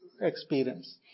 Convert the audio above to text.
experience